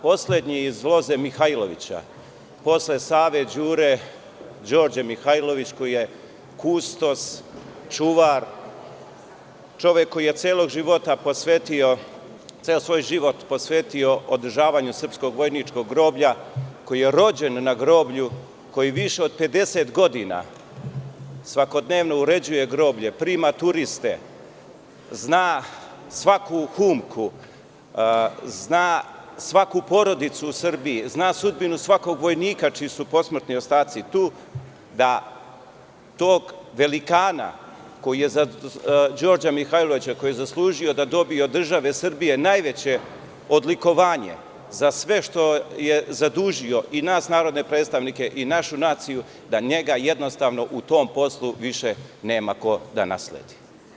Poslednji iz loze Mihajlovića, posle Save, Đure, Đorđe Mihajlović koji je kustos, čuvar, čovek koji je ceo svoj život posvetio održavanju srpskog vojničkog groblja, koji je rođen na groblju, koji više od 50 godina svakodnevno uređuje groblje, prima turiste, zna svaku humku, zna svaku porodicu u Srbiji, zna sudbinu svakog vojnika čiji su posmrtni ostaci tu, da tog velikana, Đorđe Mihajlovića, koji je zaslužio da dobije od države Srbije najveće odlikovanje za sve što je zadužio i nas narodne predstavnike i našu naciju, da njega jednostavno u tom poslu više nema ko da nasledi.